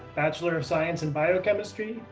bachelor of science in biochemistry,